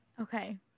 Okay